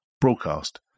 Broadcast